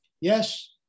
Yes